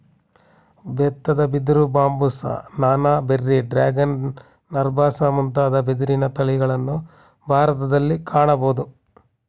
ಬೆತ್ತದ ಬಿದಿರು, ಬಾಂಬುಸ, ನಾನಾ, ಬೆರ್ರಿ, ಡ್ರ್ಯಾಗನ್, ನರ್ಬಾಸ್ ಮುಂತಾದ ಬಿದಿರಿನ ತಳಿಗಳನ್ನು ಭಾರತದಲ್ಲಿ ಕಾಣಬೋದು